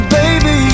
baby